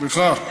סליחה,